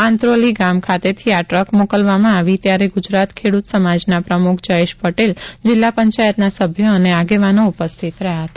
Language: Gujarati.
આંત્રોલી ગામ ખાતેથી આ ટ્રક મોકલવામાં આવી ત્યારે ગુજરાત ખેડ્રત સમાજના પ્રમુખ જયેશ પટેલ જિલ્લા પંચાયતના સભ્ય અને આગેવાનો ઉપસ્થિત રહ્યા હતા